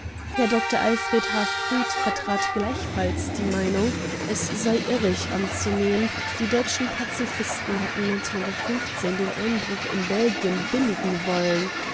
herr dr alfr h fried vertrat gleichfalls die meinung es sei irrig anzunehmen die deutschen pazifisten hätten den einbruch in belgien billigen wollen